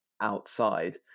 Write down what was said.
outside